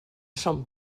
son